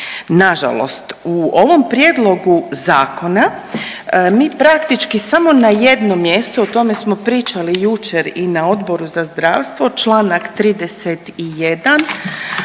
Nažalost, u ovom prijedlogu zakona mi praktički samo na jednom mjestu o tome smo pričali jučer i na Odboru za zdravstvo, Članak 31.